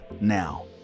now